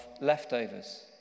leftovers